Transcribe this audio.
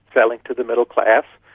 selling to the middle class,